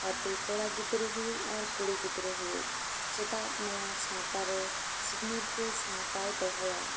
ᱛᱟᱛᱮ ᱠᱚᱲᱟ ᱜᱤᱫᱽᱨᱟᱹ ᱦᱩᱭᱩᱜ ᱟᱨ ᱠᱩᱲᱤ ᱜᱤᱫᱽᱨᱟᱹ ᱦᱩᱭᱩᱜ ᱪᱮᱫᱟᱜ ᱱᱚᱣᱟ ᱥᱟᱶᱛᱟ ᱨᱮ ᱥᱤᱠᱷᱱᱟᱹᱛ ᱜᱮ ᱥᱟᱶᱛᱟᱭ ᱫᱚᱦᱚᱭᱟ